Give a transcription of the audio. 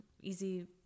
easy